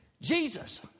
Jesus